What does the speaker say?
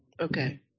okay